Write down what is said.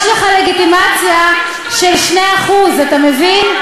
יש לך לגיטימציה של 2%, אתה מבין?